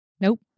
Nope